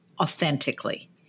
authentically